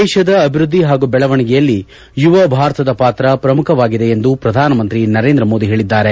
ದೇಶದ ಅಭಿವೃದ್ದಿ ಹಾಗೂ ಬೆಳವಣಿಗೆಯಲ್ಲಿ ಯುವ ಭಾರತದ ಪಾತ್ರ ಪ್ರಮುಖವಾಗಿದೆ ಎಂದು ಪ್ರಧಾನಮಂತ್ರಿ ನರೇಂದ್ರ ಮೋದಿ ಹೇಳಿದ್ದಾರೆ